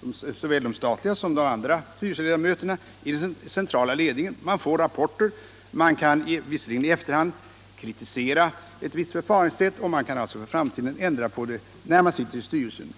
för såväl de statliga som de andra styrelseledamöterna i den centrala ledningen. Man får rapporter, man kan — visserligen i efterhand — kritisera ett visst förfaringssätt och man kan alltså i framtiden ändra på det, när man sitter i styrelsen.